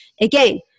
Again